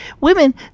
Women